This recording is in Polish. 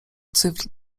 cyfr